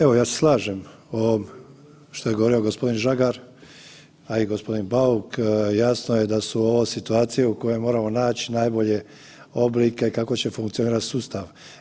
Evo ja se slažem ovo što je govorio gospodin Žagar, a i gospodin Bauk, jasno je da su ovo situacije u kojima moramo nać najbolje oblike kako će funkcionirati sustav.